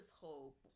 hope